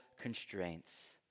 constraints